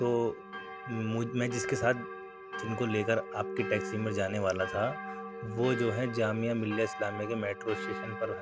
تو مجھ میں جس کے ساتھ جن کو لے کر آپ کی ٹیکسی میں جانے والا تھا وہ جو ہیں جامعہ ملیہ اسلامیہ کے میٹرو اسٹیشن پر